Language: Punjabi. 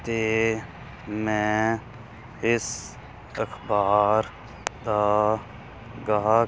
ਅਤੇ ਮੈਂ ਇਸ ਅਖਬਾਰ ਦਾ ਗਾਹਕ